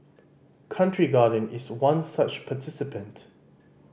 country Garden is one such participant